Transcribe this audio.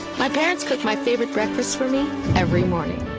my parents cooked my favorite breakfast for me every morning.